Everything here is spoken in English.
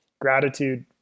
gratitude